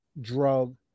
drug